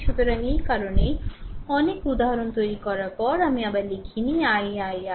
সুতরাং এই কারণেই অনেক উদাহরণ তৈরি করার পরে আমি আবার লিখিনি i i i